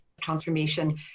transformation